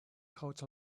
couch